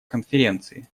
конференции